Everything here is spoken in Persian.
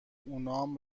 اونام